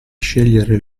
scegliere